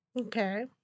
Okay